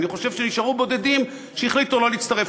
אני חושב שנשארו בודדים שהחליטו לא להצטרף,